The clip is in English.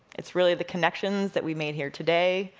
it's really the connections that we made here today,